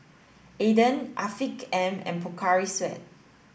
Aden Afiq M and Pocari Sweat